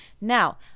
Now